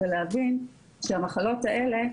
ולהבין שהמחלות האלה,